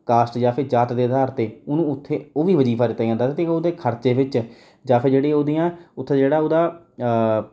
caste ਜਾਂ ਫਿਰ ਜਾਤ ਦੇ ਆਧਾਰ 'ਤੇ ਉਹਨੂੰ ਉੱਥੇ ਓਹ ਵੀ ਵਜੀਫ਼ਾ ਦਿੱਤਾ ਜਾਂਦਾ ਤਾ ਅਤੇ ਓਹਦੇ ਖਰਚੇ ਵਿੱਚ ਜਾਂ ਫਿਰ ਜਿਹੜੀਆਂ ਉਹਦੀਆਂ ਉੱਥੇ ਜਿਹੜਾ ਉਹਦਾ